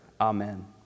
Amen